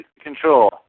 control